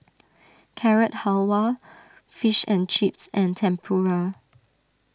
Carrot Halwa Fish and Chips and Tempura